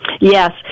Yes